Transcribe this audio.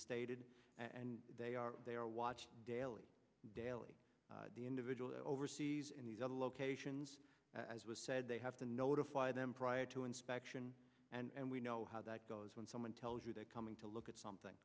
stated and they are they are watched daily daily the individuals overseas in these other locations as was said they have to notify them prior to inspection and we know how that goes when someone tells you they're coming to look at something